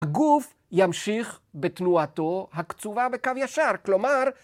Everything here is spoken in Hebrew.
הגוף ימשיך בתנועתו הקצובה בקו ישר, כלומר...